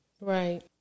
Right